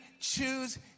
choose